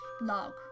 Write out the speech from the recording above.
log